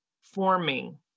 forming